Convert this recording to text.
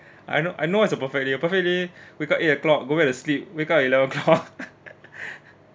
I know I know what is your perfect day your perfect day wake up eight o'clock go back to sleep wake up eleven o'clock